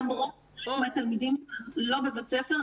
למרות שהתלמידים לא בבית ספר,